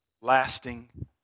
lasting